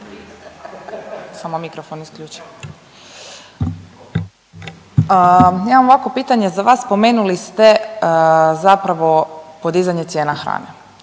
Sanja (SDP)** Ja imam ovako pitanje za vas. Spomenuli ste zapravo podizanje cijena hrane.